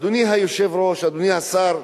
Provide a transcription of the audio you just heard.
אדוני היושב-ראש, אדוני השר,